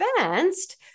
advanced